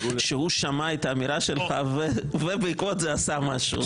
שהוא שמע את האמירה שלך ובעקבות זה עשה משהו.